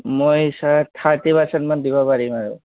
মই sir thirty percent মান দিব পাৰিম আৰু